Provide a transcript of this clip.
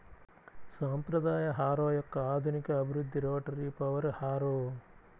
సాంప్రదాయ హారో యొక్క ఆధునిక అభివృద్ధి రోటరీ పవర్ హారో